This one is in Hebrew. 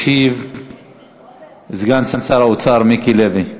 ישיב סגן שר האוצר מיקי לוי.